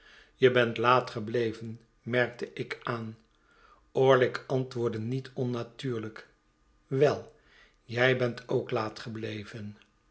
je bent laat gebleven merkte ik aan orlick antwoordde niet onnatuurlijk wei jij bent ook laat gebleven